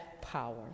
power